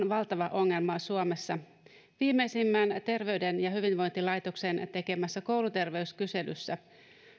on valtava ongelma suomessa viimeisimmässä terveyden ja hyvinvoinnin laitoksen tekemässä kouluterveyskyselyssä